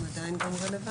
הם גם עדיין רלוונטיים.